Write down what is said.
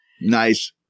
Nice